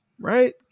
Right